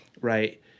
right